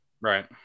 right